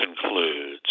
Concludes